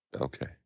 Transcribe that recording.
Okay